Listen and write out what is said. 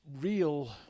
real